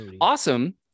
awesome